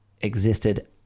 existed